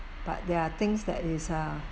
but there are things that is uh